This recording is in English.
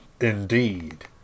indeed